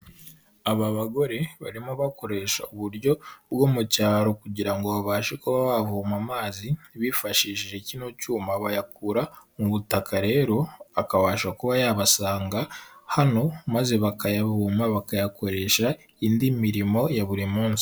Aba bagore barimo bakoresha uburyo bwo mu cyaro kugira ngo babashe kuba bavoma amazi bifashishije kino cyuma, bayakura mu butaka rero akabasha kuba yabasanga hano maze bakayavoma, bakayakoresha indi mirimo ya buri munsi.